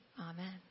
amen